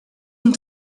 and